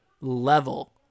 level